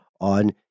on